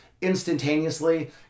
instantaneously